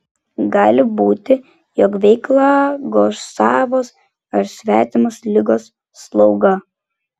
gali būti jog veiklą goš savos ar svetimos ligos slauga